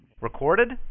Recorded